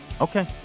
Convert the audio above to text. Okay